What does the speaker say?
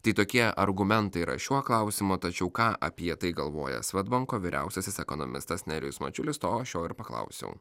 tai tokie argumentai yra šiuo klausimu tačiau ką apie tai galvoja svedbanko vyriausiasis ekonomistas nerijus mačiulis to aš jo ir paklausiau